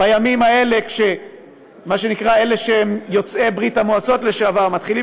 בימים האלה כשיוצאי ברית המועצות לשעבר מתחילים